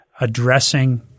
addressing –